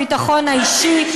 זה מערער את הביטחון האישי,